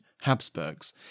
Habsburgs